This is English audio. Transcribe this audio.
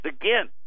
again